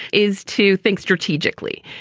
is to think strategically.